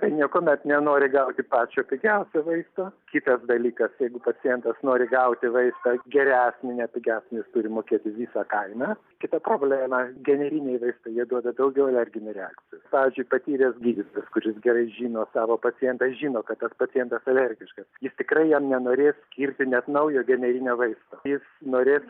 tai niekuomet nenori gauti pačio pigiausio vaisto kitas dalykas jeigu pacientas nori gauti vaistą geresnį nepigiasnį jis turi mokėti visą kainą kita problema generiniai vaistai jie duoda daugiau alerginių reakcijų pavyzdžiui patyręs gydytojas kuris gerai žino savo pacientą žino kad tas pacientas alergiškas jis tikrai jam nenorės skirti net naujo generinio vaisto jis norės